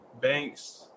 banks